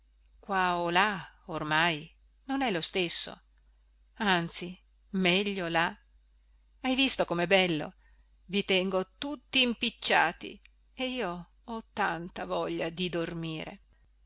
là ormai non è lo stesso anzi meglio là hai visto come è bello i tengo tutti impicciati e io ho tanta voglia di dormire